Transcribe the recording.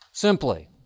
Simply